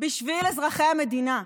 בשביל אזרחי המדינה.